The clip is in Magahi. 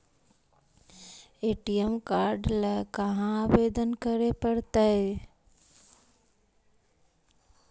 ए.टी.एम काड ल कहा आवेदन करे पड़तै?